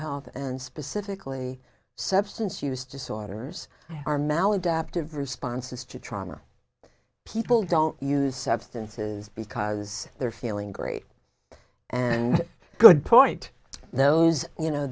health and civically substance use disorders are maladaptive responses to trauma people don't use substances because they're feeling great and good point those you know